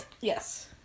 Yes